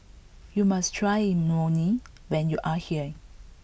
you must try Imoni when you are here